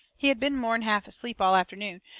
he had been more'n half asleep all afternoon,